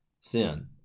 sin